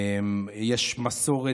יש מסורת,